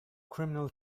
criminal